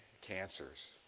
cancers